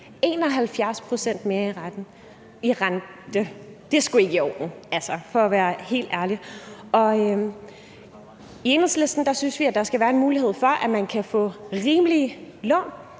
71 pct. mere i rente. Det er sgu ikke i orden, altså, for at være helt ærlig. Og i Enhedslisten synes vi, at der skal være en mulighed for, at man kan få rimelige lån